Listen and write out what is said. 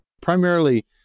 Primarily